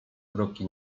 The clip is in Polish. kroki